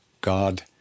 God